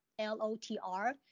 LOTR